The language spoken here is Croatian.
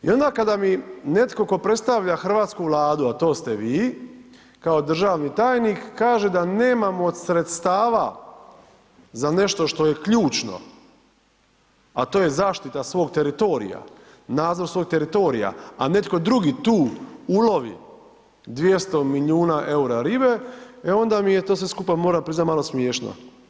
I onda kada mi netko tko predstavlja hrvatsku Vladu, a to ste vi kao državni tajnik, kaže da nemamo od sredstava za nešto što je ključno, a to je zaštita svog teritorija, nadzor svog teritorija, a netko drugi tu ulovi 200 milijuna EUR-a ribe, e onda mi je to sve skupa moram priznat, malo smiješno.